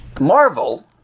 Marvel